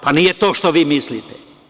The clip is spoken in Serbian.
Nije to što vi mislite.